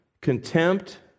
contempt